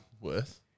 worth